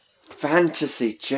fantasy